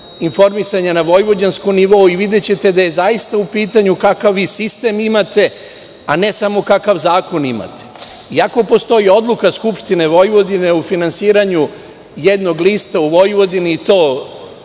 informisanja na vojvođanskom nivou i videćete da je zaista u pitanju kakav vi sistem imate, a ne samo kakav zakon imate. Iako postoji odluka Skupštine Vojvodine o finansiranju jednog lista u Vojvodini i to